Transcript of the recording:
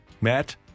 Matt